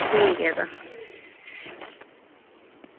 ठीक ऐ तां